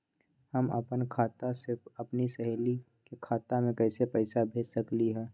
हम अपना खाता से अपन सहेली के खाता पर कइसे पैसा भेज सकली ह?